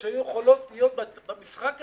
אלפי משפחות במדינת ישראל שהיו יכולות להיות במשחק הזה,